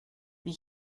wie